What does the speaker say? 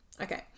okay